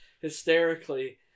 hysterically